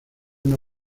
una